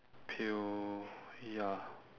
pale ya